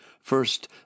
First